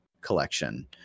collection